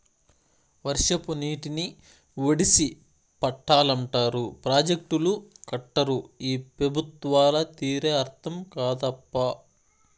వర్షపు నీటిని ఒడిసి పట్టాలంటారు ప్రాజెక్టులు కట్టరు ఈ పెబుత్వాల తీరే అర్థం కాదప్పా